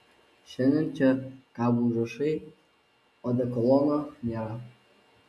šiandien čia kabo užrašai odekolono nėra